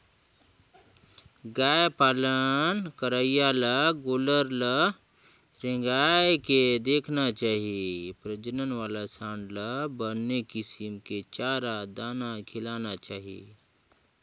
गाय पालन करइया ल गोल्लर ल रेंगाय के देखना चाही प्रजनन वाला सांड ल बने किसम के चारा, दाना खिलाना चाही